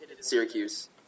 Syracuse